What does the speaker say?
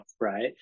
right